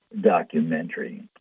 documentary